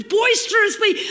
boisterously